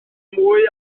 mwy